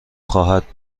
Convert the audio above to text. خواهد